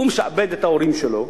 הוא משעבד את ההורים שלו,